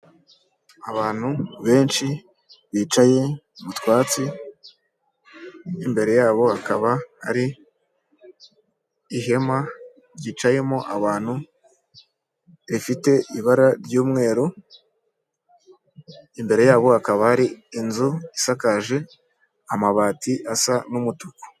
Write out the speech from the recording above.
Abantu benshi bicaye mutwatsi, imbere yabo hkaba hari ihema ryicayemo abantu, rifite ibara ry'umweru, imbere yabo hakaba hari inzu isakaje amabati asa n'umutuku.